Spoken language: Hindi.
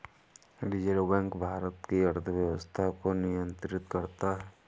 रिज़र्व बैक भारत की अर्थव्यवस्था को नियन्त्रित करता है